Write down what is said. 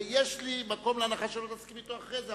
ויש לי מקום להנחה שלא תסכים אתו אחרי זה,